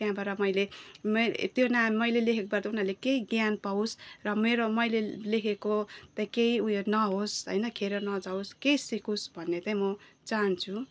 त्यहाँबाट मैले मेरो त्यो नाम मैले लेखबाट उनीहरूलाई केही ज्ञान पावोस् र मेरो मैले लेखेको त केही उयो नहोस् होइन खेर नजावोस् केही सिकोस् भन्ने त म चाहन्छु